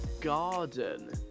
Garden